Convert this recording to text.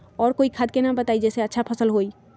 और कोइ खाद के नाम बताई जेसे अच्छा फसल होई?